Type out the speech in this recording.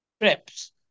trips